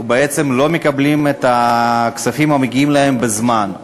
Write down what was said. ולא מקבלים את הכספים המגיעים להם בזמן.